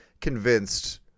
convinced